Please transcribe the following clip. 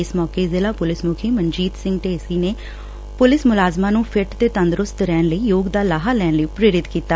ਇਸ ਮੌਕੇ ਜ਼ਿਲ੍ਹਾ ਪੁਲਿਸ ਮੁਖੀ ਮਨਜੀਤ ਸਿੰਘ ਢੇਸੀ ਨੇ ਪੁਲਿਸ ਮੁਲਾਜ਼ਮਾ ਨੂੰ ਫਿਟ ਤੇ ਤੰਦਰੁਸਤ ਰਹਿਣ ਲਈ ਯੋਗ ਦਾ ਲਾਹਾ ਲੈਣ ਲਈ ਪ੍ਰੇਰਿਤ ਕੀਤਾ